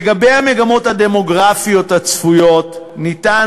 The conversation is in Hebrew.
"לגבי המגמות הדמוגרפיות הצפויות ניתן